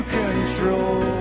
control